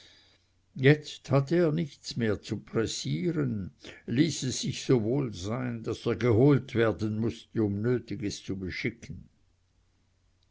jetzt hatte er nichts mehr zu pressieren ließ es sich so wohl sein daß er geholt werden mußte um nötiges zu beschicken